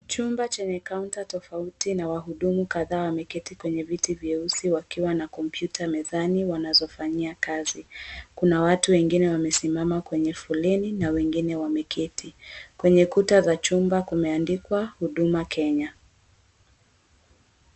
Chumba chenye counter tofauti na wahudumu kadhaa wameketi kwenye viti vyeusi wakiwa na kompyuta mezani wanazofanyia kazi, kuna watu wengine wanaosimama kwenye foleni na wengine wameketi. Kwenye kuta za chumba kumeandikwa huduma Kenya.